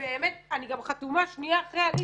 באמת, אני גם חתומה שנייה אחרי עליזה.